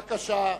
בבקשה.